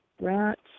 Rats